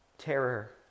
terror